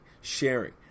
sharing